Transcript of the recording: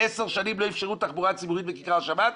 עשר שנים לא איפשרו תחבורה ציבורית בכיכר השבת,